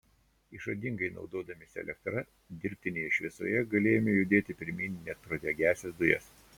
išradingai naudodamiesi elektra dirbtinėje šviesoje galėjome judėti pirmyn net pro degiąsias dujas